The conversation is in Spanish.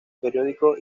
periódico